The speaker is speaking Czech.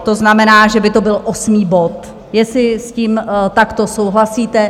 To znamená, že by to byl osmý bod, jestli s tím takto souhlasíte.